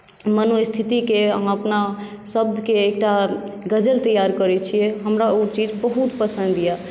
मनोस्थितिकेँ अहाँ अपना शब्दकेँ एकटा गज़ल तैआर करैत छियै हमरा ओ चीज बहुत पसन्द यए